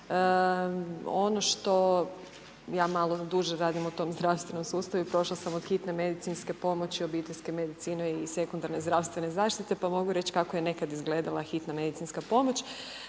tima 2. Ja malo duže radim u tom zdravstvenom sustavu i prošla sam od hitne medicinske pomoći, obiteljske medicine i sekundarne zdravstvene zaštite pa mogu reći kako je nekad izgledala hitna medicinska pomoć.